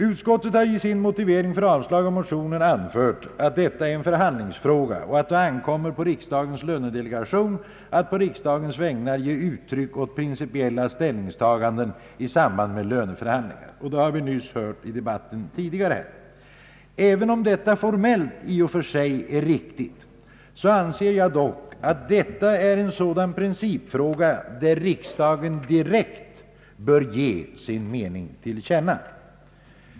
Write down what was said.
Utskottet har i sin motivering för avslag på motionen anfört att detta är en förhandlingsfråga och att det ankommer på riksdagens lönedelegation att på riksdagens vägnar ge uttryck för principiella ställningstaganden i samband med löneförhandlingar. Det har vi nyss hört i den tidigare förda debatten. även om det i och för sig är formellt riktigt anser jag att detta är en sådan principfråga där riksdagen direkt bör ge sin mening till känna.